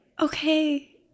okay